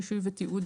רישוי ותיעוד),